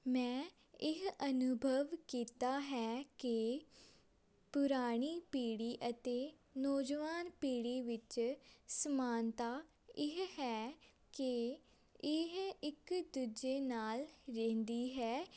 ਮੈਂ ਇਹ ਅਨੁਭਵ ਕੀਤਾ ਹੈ ਕਿ ਪੁਰਾਣੀ ਪੀੜ੍ਹੀ ਅਤੇ ਨੌਜਵਾਨ ਪੀੜ੍ਹੀ ਵਿੱਚ ਸਮਾਨਤਾ ਇਹ ਹੈ ਕਿ ਇਹ ਇੱਕ ਦੂਜੇ ਨਾਲ ਰਹਿੰਦੀ ਹੈ